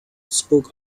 spoke